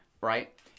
Right